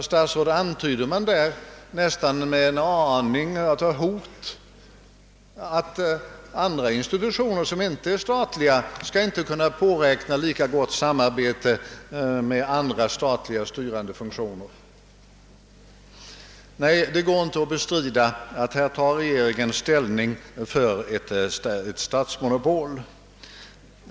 Man antyder därmed nästan med en aning av hot att andra institutioner, som inte är statliga, ej skulle kunna påräkna ett lika gott samarbete med andra statliga styrande funktioner. Nej, det går inte att bestrida att regeringen här tar ställning för ett statsmonopol.